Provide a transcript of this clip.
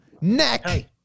neck